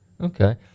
Okay